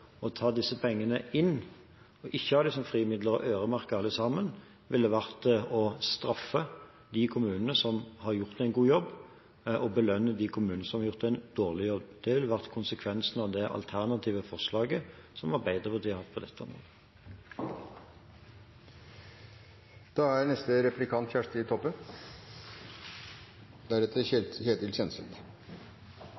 å ta disse pengene inn og ikke ha dem som frie midler, men øremerke alle sammen, ville vært å straffe de kommunene som har gjort en god jobb, og belønne de kommunene som har gjort en dårlig jobb. Det ville vært konsekvensen av det alternative forslaget som Arbeiderpartiet har på dette området.